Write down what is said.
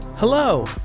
Hello